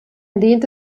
lehnte